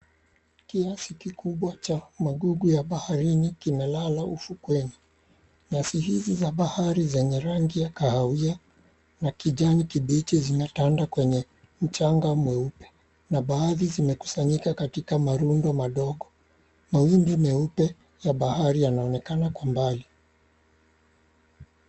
Kiasi kikubwa cha magugu ya baharini kimelala ufukweni. Nyasi hizi za bahari zenye rangi ya kahawia na kijani kibichi zimetanda kwenye mchanga mweupe na baadhi zimekusanyika katika marundo madogo. Mawimbi meupe ya bahari yanaonekana kwa mbali.